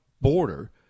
border